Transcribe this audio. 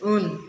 उन